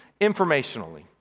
informationally